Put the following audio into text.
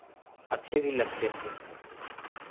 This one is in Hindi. अच्छे भी लगते थे